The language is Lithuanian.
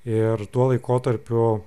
ir tuo laikotarpiu